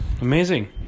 Amazing